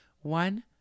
One